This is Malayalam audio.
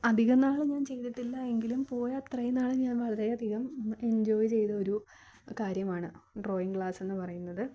അധികം നാളൊന്നും ചെയ്തിട്ടില്ല എങ്കിലും പോയ അത്രയും നാൾ ഞാൻ വളരെ അധികം എൻജോയ് ചെയ്ത ഒരു കാര്യമാണ് ഡ്രോയിങ് ക്ലാസ്സ് എന്ന് പറയുന്നത്